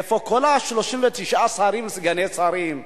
איפה כל ה-39 שרים וסגני שרים?